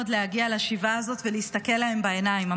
להגיע לשבעה הזאת ולהסתכל להם בעיניים.